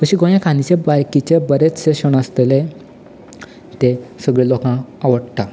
अशे गोंयांत बाकीचे बरेचशे सण आसतले ते सगले लोकां आवडटा